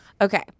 Okay